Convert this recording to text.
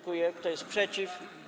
Kto jest przeciw?